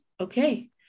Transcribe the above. okay